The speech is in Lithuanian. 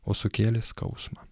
o sukėlė skausmą